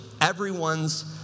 everyone's